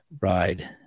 ride